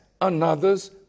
another's